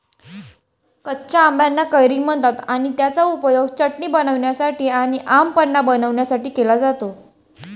कच्या आंबाना कैरी म्हणतात आणि त्याचा उपयोग चटणी बनवण्यासाठी आणी आम पन्हा बनवण्यासाठी केला जातो